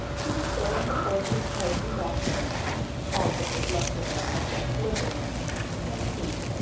he was throwing the porgies' heads and backbones all that was left of them after slivering in a heap,